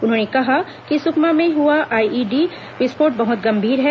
उन्होंने कहा कि सुकमा में हुआ आईईडी विस्फोट बहुत गंभीर है